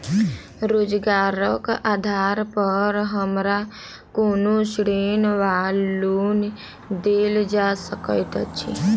रोजगारक आधार पर हमरा कोनो ऋण वा लोन देल जा सकैत अछि?